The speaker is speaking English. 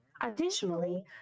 Additionally